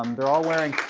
um they are all wearing